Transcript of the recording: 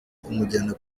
kumujyana